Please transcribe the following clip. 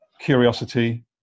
curiosity